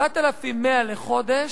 7,100 לחודש,